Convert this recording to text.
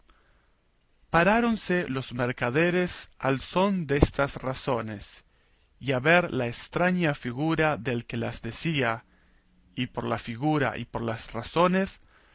toboso paráronse los mercaderes al son destas razones y a ver la estraña figura del que las decía y por la figura y por las razones